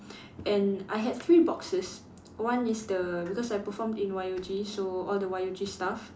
and I had three boxes one is the because I performed in Y_O_G so all the Y_O_G stuff